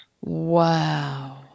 Wow